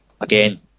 Again